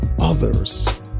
others